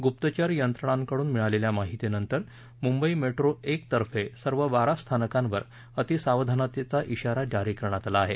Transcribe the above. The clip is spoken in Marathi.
गुप्तचर यंत्रणाकडून मिळालेल्या माहितीनंतर मुंबई मेट्रो एक तर्फे सर्व बारा स्थानकांवर अतिसावधानतेचा शिवारा जारी करण्यात आला आहे